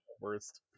worst